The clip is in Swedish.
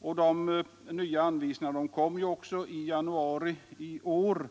Dessa nya anvisningar kom också i januari i år.